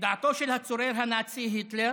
לדעתו של הצורר הנאצי היטלר,